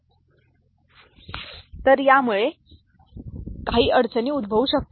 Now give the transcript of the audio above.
तर यामुळे होऊ शकते किंवा यामुळे काही गजर किंवा अडचण उद्भवू शकते